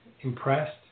impressed